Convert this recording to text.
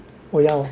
oh ya orh